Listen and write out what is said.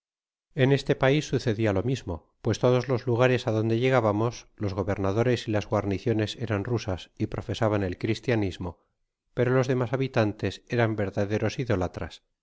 en este pais sucedia lo mismo pues todos los lugares adonde llegábamos los gobernadores y las guarniciones eran rusas y profesaban el cristianismo pero los demas habitantes eran verdaderos idólatras